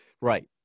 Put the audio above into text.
Right